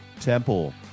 Temple